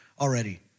already